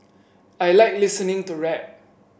I like listening to rap